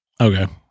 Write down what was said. Okay